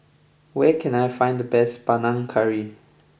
where can I find the best Panang Curry